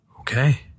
Okay